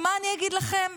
מה אני אגיד לכם,